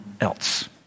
else